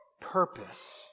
purpose